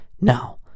Now